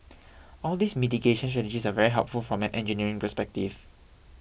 all these mitigation strategies are very helpful from an engineering perspective